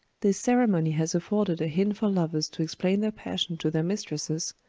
this ceremony has afforded a hint for lovers to explain their passion to their mistresses,